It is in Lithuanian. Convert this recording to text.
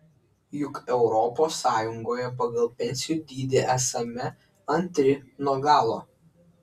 juk europos sąjungoje pagal pensijų dydį esame antri nuo galo